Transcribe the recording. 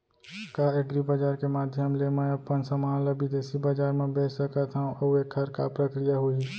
का एग्रीबजार के माधयम ले मैं अपन समान ला बिदेसी बजार मा बेच सकत हव अऊ एखर का प्रक्रिया होही?